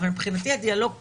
אבל מבחינתי הדיאלוג פה,